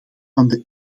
van